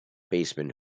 baseman